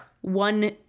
One